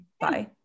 bye